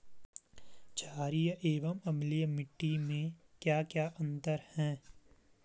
छारीय एवं अम्लीय मिट्टी में क्या क्या अंतर हैं?